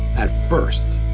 at first,